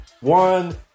one